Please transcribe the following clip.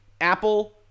Apple